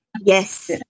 yes